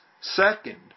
second